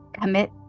commit